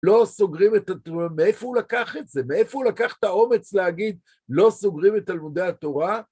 לא סוגרים את... מאיפה הוא לקח את זה? מאיפה הוא לקח את האומץ להגיד לא סוגרים את עלמודי התורה?